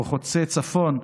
או חוצה צפון,